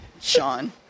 Sean